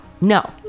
No